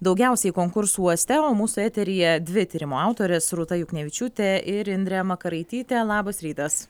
daugiausiai konkursų uoste o mūsų eteryje dvi tyrimo autorės rūta juknevičiūtė ir indrė makaraitytė labas rytas